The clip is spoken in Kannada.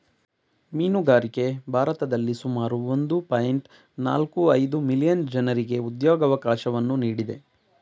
ಮೀನುಗಾರಿಕೆ ಭಾರತದಲ್ಲಿ ಸುಮಾರು ಒಂದು ಪಾಯಿಂಟ್ ನಾಲ್ಕು ಐದು ಮಿಲಿಯನ್ ಜನರಿಗೆ ಉದ್ಯೋಗವಕಾಶವನ್ನು ನೀಡಿದೆ